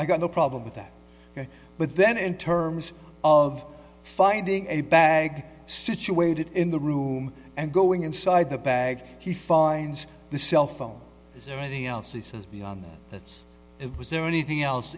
i got no problem with that but then in terms of finding a bag situated in the room and going inside the bag he finds the cell phone is there anything else he says be on there that's it was there anything else